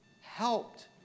helped